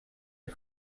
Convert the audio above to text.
est